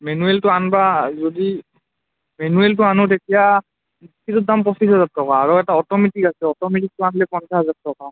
মেনুৱেলটো আনবা যদি মেনুৱেলটো আনোঁ তেতিয়া সেইটো দাম পঁচিছ হাজাৰ টকা আৰু এটা অট'মেটিক আছে তো অট'মেটিকটো আনিলে পঞ্চাছ হাজাৰ টকা